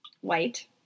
white